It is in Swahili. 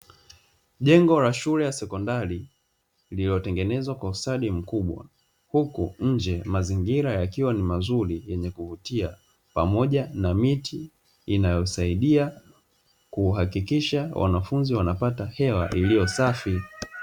Jengo la shule ya sekondari lililotengenezwa kwa ustadi mkubwa huku nje mazingira yakiwa ni mazuri yenye kuvutia pamoja na miti inayosaidia kuhakikisha wanafunzi wanapata hewa iliyosafi.